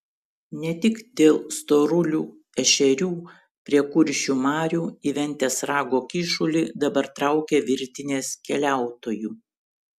ne tik dėl storulių ešerių prie kuršių marių į ventės rago kyšulį dabar traukia virtinės keliautojų